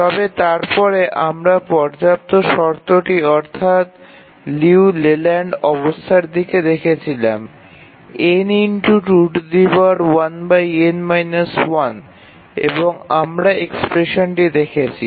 তবে তারপরে আমরা পর্যাপ্ত শর্তটি অর্থাৎ লিউ লেল্যান্ড অবস্থার দিকে দেখেছিলাম এবং আমরা এক্সপ্রেশন দেখেছি